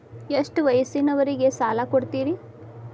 ಎಷ್ಟ ವಯಸ್ಸಿನವರಿಗೆ ಸಾಲ ಕೊಡ್ತಿರಿ?